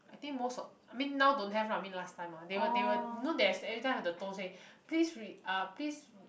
I think most of I mean now don't have lah I mean last time lah they will they will know there's every time have the tone say please re~ ah please re~